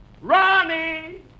Ronnie